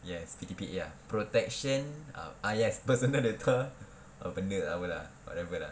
yes P_D_P_A ah protection ah ah yes personal data apa benda lah whatever lah